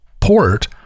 port